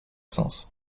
sens